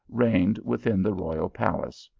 reigned within the royal palace.